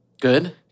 Good